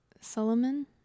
Solomon